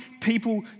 people